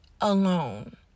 alone